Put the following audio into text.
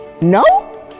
No